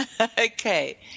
Okay